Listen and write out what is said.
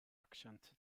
accent